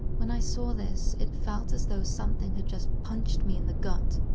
when i saw this, it felt as though something had just punched me in the gut,